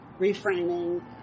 reframing